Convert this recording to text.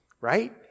right